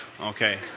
okay